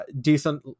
decent